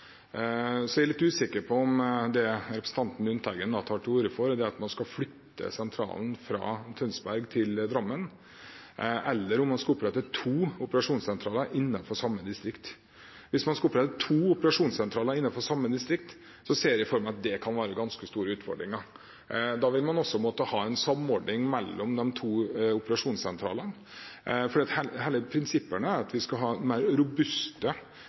er litt usikker på om det representanten Lundteigen tar til orde for, er om man skal flytte sentralen fra Tønsberg til Drammen, eller om man skal opprette to operasjonssentraler innenfor samme distrikt. Hvis man skal opprette to operasjonssentraler innenfor samme distrikt, ser jeg for meg at det kan gi ganske store utfordringer. Da vil man også måtte ha en samordning mellom de to operasjonssentralene, for hele prinsippet er at vi skal ha mer robuste